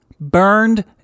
burned